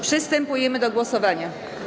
Przystępujemy do głosowania.